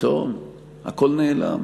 פתאום הכול נעלם,